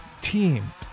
team